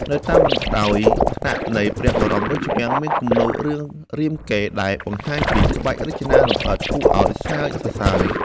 នៅតាមបណ្ដោយថ្នាក់នៃព្រះបរមរាជវាំង មានគំនូររឿងរាមកេរ្តិ៍ដែលបង្ហាញពីក្បាច់រចនាលម្អិតគួរឱ្យស្ងើចសរសើរ។